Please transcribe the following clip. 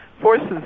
forces